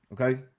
Okay